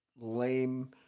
lame